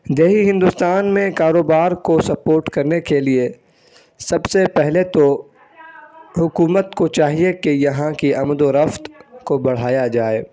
دیہی ہندوستان میں کاروبار کو سپورٹ کرنے کے لیے سب سے پہلے تو حکومت کو چاہیے کہ یہاں کی آمد و رفت کو بڑھایا جائے